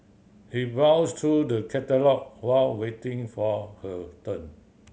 she browsed through the catalog while waiting for her turn